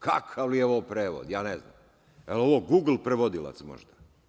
Kakav je ovo prevod, ja ne znam, jel ovo gugl prevodilac možda?